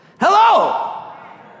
Hello